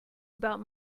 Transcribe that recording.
about